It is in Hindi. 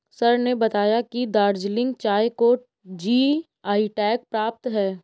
सर ने बताया कि दार्जिलिंग चाय को जी.आई टैग प्राप्त है